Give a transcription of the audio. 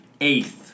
eighth